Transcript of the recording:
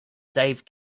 dave